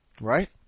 Right